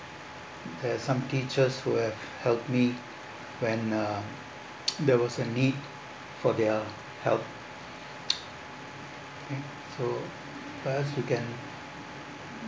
there are some teachers who have helped me when uh there was a need for their help K so first we can